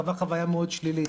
חווה חוויה מאוד שלילית.